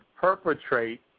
perpetrate